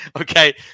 Okay